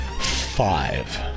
Five